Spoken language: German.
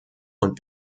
und